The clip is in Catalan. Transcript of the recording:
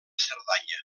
cerdanya